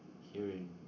hearing